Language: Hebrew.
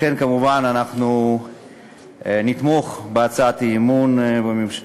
לכן, כמובן, אנחנו נתמוך בהצעת האי-אמון בממשלה.